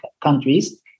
countries